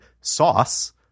sauce